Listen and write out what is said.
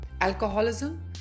Alcoholism